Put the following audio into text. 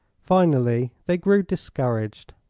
finally they grew discouraged.